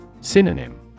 Synonym